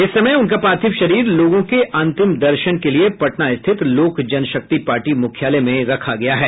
इस समय उनका पार्थिव शरीर लोगों के अंतिम दर्शन के लिए पटना स्थित लोक जनशक्ति पार्टी मुख्यालय में रखा गया है